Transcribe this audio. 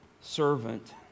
servant